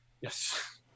Yes